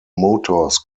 motors